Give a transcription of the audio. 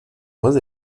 moins